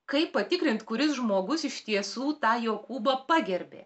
kaip patikrint kuris žmogus iš tiesų tą jokūbą pagerbė